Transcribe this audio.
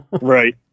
right